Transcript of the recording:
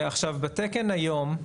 עכשיו, בתקן היום,